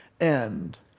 end